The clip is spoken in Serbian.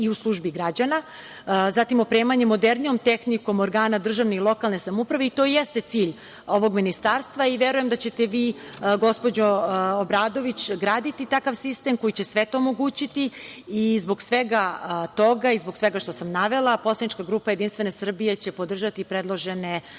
i u službi građana. Zatim, opremanje modernijom tehnikom organa državne i lokalne samouprave, i to jeste cilj ovog ministarstva, i verujem da ćete vi, gospođo Obradović, graditi takav sistem koji će sve to omogućiti i zbog svega toga i zbog svega što sam navela, poslanička grupa Jedinstvene Srbije će podržati predložene